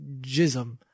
jism